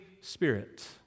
Spirit